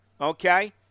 Okay